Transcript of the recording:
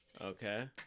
Okay